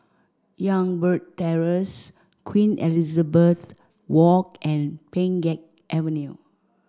Youngberg Terrace Queen Elizabeth Walk and Pheng Geck Avenue